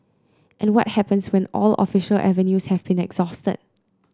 and what happens when all official avenues have been exhausted